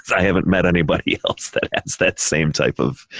i haven't met anybody else that has that same type of,